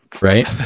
Right